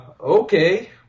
okay